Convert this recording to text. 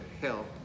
help